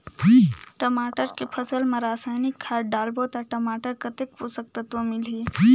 टमाटर के फसल मा रसायनिक खाद डालबो ता टमाटर कतेक पोषक तत्व मिलही?